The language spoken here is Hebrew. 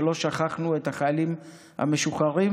שלא שכחנו את החיילים המשוחררים.